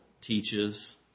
teaches